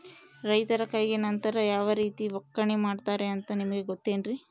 ರೈತರ ಕೈಗೆ ನಂತರ ಯಾವ ರೇತಿ ಒಕ್ಕಣೆ ಮಾಡ್ತಾರೆ ಅಂತ ನಿಮಗೆ ಗೊತ್ತೇನ್ರಿ?